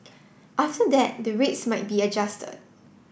after that the rates might be adjusted